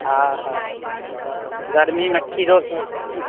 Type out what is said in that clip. हँ हँ गरमीमे खीरो